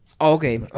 Okay